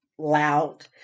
Loud